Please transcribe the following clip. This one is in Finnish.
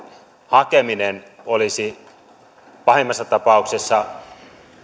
hakeminen olisi pahimmassa tapauksessa